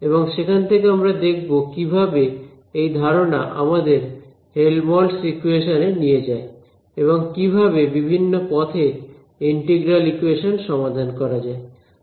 এবং সেখান থেকে আমরা দেখব কিভাবে এই ধারণা আমাদের হেলমহল্টজ ইকুয়েশন এ নিয়ে যায় এবং কিভাবে বিভিন্ন পথে ইন্টিগ্রাল ইকোয়েশন সমাধান করা যায়